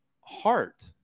heart